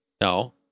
No